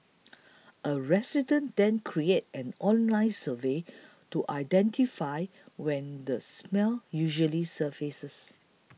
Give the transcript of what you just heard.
a resident then created an online survey to identify when the smell usually surfaces